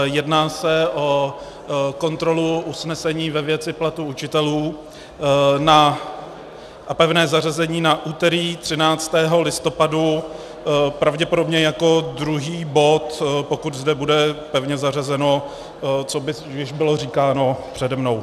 Jedná se o kontrolu usnesení ve věci platů učitelů a pevné zařazení na úterý 13. listopadu, pravděpodobně jako druhý bod, pokud zde bude pevně zařazeno, co již bylo říkáno přede mnou.